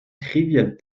trivial